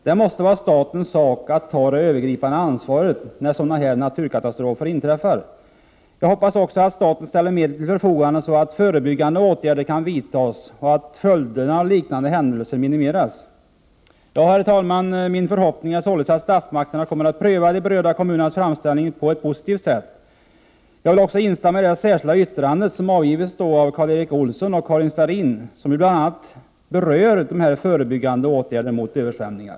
Det måste vara statens sak att ta det övergripande ansvaret när sådana naturkatastrofer inträffar. Jag hoppas också att staten ställer medel till förfogande, så att förebyggande åtgärder kan vidtas och följderna av liknande händelser minimeras. Herr talman! Min förhoppning är således att statsmakterna kommer att pröva de berörda kommunernas framställningar på ett positivt sätt. Jag vill också instämma i det särskilda yttrande som har avgivits av Karl-Erik Olsson och Karin Starrin och som bl.a. berör förebyggande åtgärder mot översvämningar.